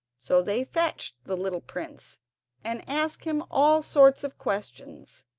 so they fetched the little prince and asked him all sorts of questions,